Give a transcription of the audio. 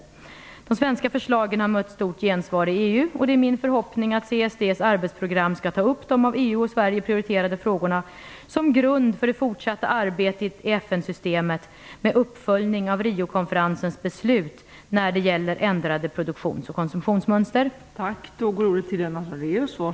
De svenska förslagen har mött ett stort gensvar i EU. Det är min förhoppning att CSD:s arbetsprogram skall ta upp de av EU och Sverige prioriterade frågorna som grund för det fortsatta arbetet i FN-systemet med uppföljning av Riokonferensens beslut när det gäller ändrade produktions och konsumtionsmönster.